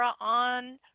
on